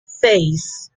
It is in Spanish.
seis